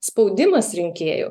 spaudimas rinkėjų